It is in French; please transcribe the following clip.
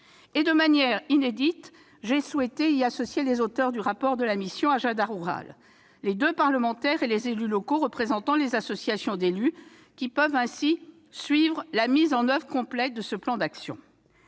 De manière inédite, j'ai souhaité y associer les auteurs du rapport de la mission « Agenda rural », tant parlementaires que représentants des associations d'élus, qui pourront ainsi suivre la mise en oeuvre complète de ce plan d'action.